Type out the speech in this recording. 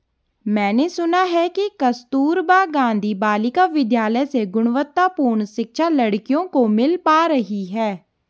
मैंने सुना है कि कस्तूरबा गांधी बालिका विद्यालय से गुणवत्तापूर्ण शिक्षा लड़कियों को मिल पा रही है